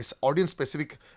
audience-specific